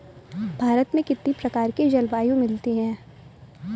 भारत में कितनी प्रकार की जलवायु मिलती है?